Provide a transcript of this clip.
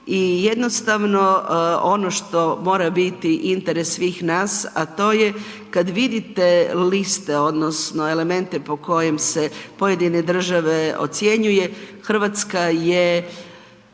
i jednostavno ono što mora biti interes svih nas, a to je kad vidite liste odnosno elemente po kojim se pojedine države ocjenjuje, RH je kad je